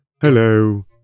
Hello